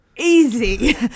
Easy